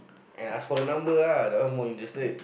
and ask for the number ah that one more interested